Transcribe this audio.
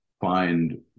find